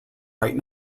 right